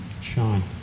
Shine